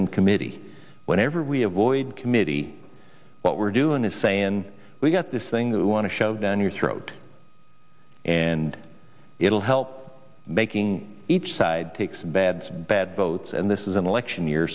in committee whenever we avoid committee what we're doing is saying we've got this thing that we want to show down your throat and it'll help making each side take some bad bad votes and this is an election year